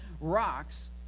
rocks